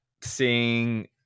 seeing